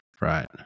right